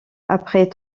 après